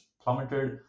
plummeted